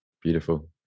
beautiful